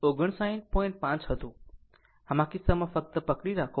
આમ આ કિસ્સામાં ફક્ત પકડી રાખો